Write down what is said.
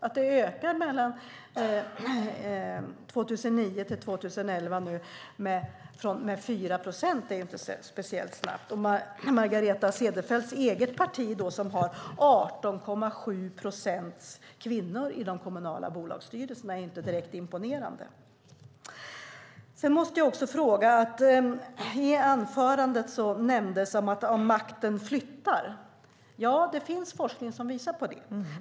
Att det skedde en ökning från 2009 till 2011 med 4 procent är ju inte speciellt snabbt. Och att Margareta Cederfelts eget parti har 18,7 procent kvinnor i de kommunala bolagsstyrelserna är inte direkt imponerande. I anförandet nämndes att makten flyttar - ja, det finns forskning som visar på det.